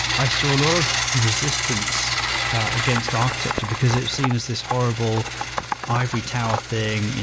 i saw a lot of resistance against architecture because it's seen as this horrible ivory tower thing,